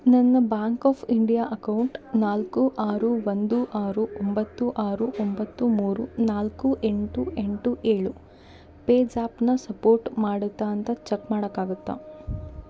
ನನ್ನ Bank of India account ನಾಲ್ಕು ಆರು ಒಂದು ಆರು ಒಂಬತ್ತು ಆರು ಒಂಬತ್ತು ಮೂರು ನಾಲ್ಕು ಎಂಟು ಎಂಟು ಏಳು ಪೇಜ್ಯಾಪನ್ನು ಸಪೋರ್ಟ್ ಮಾಡತ್ತಾ ಅಂತ ಚೆಕ್ ಮಾಡೋಕ್ಕಾಗತ್ತಾ